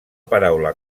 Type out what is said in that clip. paraula